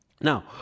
Now